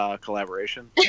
collaboration